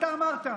אתה אמרת.